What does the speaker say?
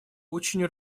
очень